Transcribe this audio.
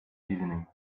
evening